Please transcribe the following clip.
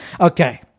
Okay